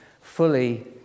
fully